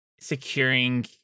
securing